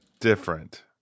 different